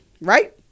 right